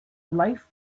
life